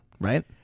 right